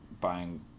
buying